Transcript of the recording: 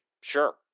Sure